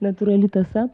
natūrali tąsa